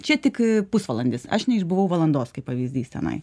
čia tik pusvalandis aš neišbuvau valandos kaip pavyzdys tenai